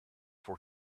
for